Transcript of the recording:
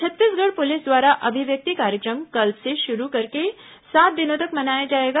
Chhattisgarh police द्वारा अभिव्यक्ति कार्यक्रम कल से शुरू करके सात दिनों तक मनाया जाएगा